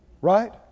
Right